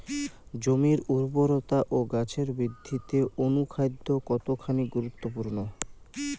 জমির উর্বরতা ও গাছের বৃদ্ধিতে অনুখাদ্য কতখানি গুরুত্বপূর্ণ?